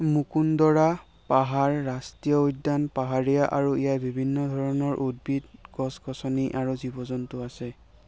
মুকুন্দৰা পাহাৰ ৰাষ্ট্ৰীয় উদ্যান পাহাৰীয়া আৰু ইয়াত বিভিন্ন ধৰণৰ উদ্ভিদ গছ গছনি আৰু জীৱ জন্তু আছে